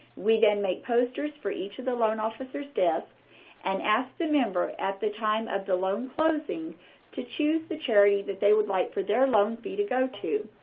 we than make posters for each of the loan officers' desks and ask the member at the time of the loan closing to choose the charity that they would like for their loan fee to go to.